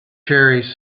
cherries